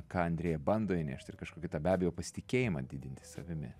ką andrea bando įnešt ir kažkokį tą be abejo pasitikėjimą didinti savimi